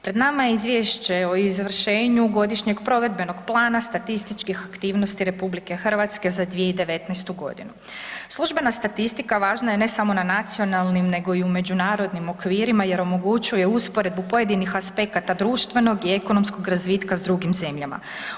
Pred nama je Izvješće o izvršenju godišnjeg provedbenog plana statističkih aktivnosti RH za 2019.g. Službena statistika važna je važna ne samo na nacionalnim nego i u međunarodnim okvirima jer omogućuje usporedbu pojedinih aspekata društvenog i ekonomskog razvitka s drugim zemljama.